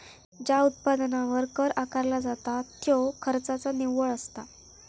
ज्या उत्पन्नावर कर आकारला जाता त्यो खर्चाचा निव्वळ असता